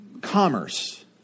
commerce